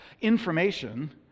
information